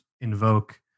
invoke